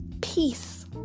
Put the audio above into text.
peace